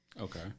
Okay